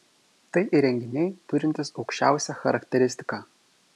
tai įrenginiai turintys aukščiausią charakteristiką